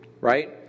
Right